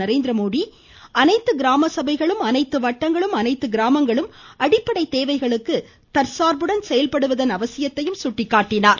நரேந்திரமோடி அனைத்து கிராமசபைகளும் அனைத்து வட்டங்களும் அனைத்து கிராமங்களும் அடிப்படை தேவைகளுக்கு தற்சார்புடன் செயல்படுவதன் அவசியத்தை சுட்டிக்காட்டினார்